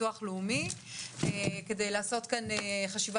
הביטוח הלאומי כדי לעשות כאן חשיבה